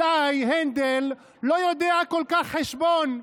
אולי הנדל לא יודע כל כך חשבון,